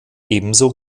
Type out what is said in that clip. ebenso